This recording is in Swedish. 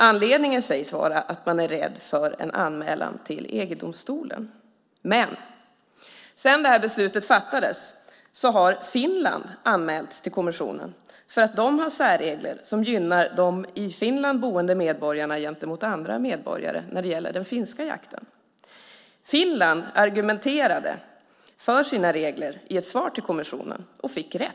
Anledningen sägs vara att man är rädd för en anmälan till EG-domstolen. Men sedan det här beslutet fattades har Finland anmälts till kommissionen för att de har särregler som gynnar de i Finland boende medborgarna gentemot andra medborgare när det gäller den finska jakten. Finland argumenterade för sina regler i ett svar till kommissionen och fick rätt.